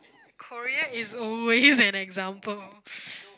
Korea is always an example